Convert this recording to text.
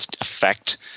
effect